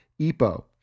EPO